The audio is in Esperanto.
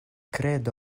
kredu